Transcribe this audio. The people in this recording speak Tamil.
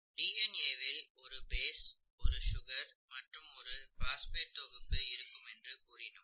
டி என் ஏ வில் ஒரு பேஸ் ஒரு சுகர் மற்றும் ஒரு பாஸ்பேட் தொகுப்பு இருக்கும் என்று கூறினோம்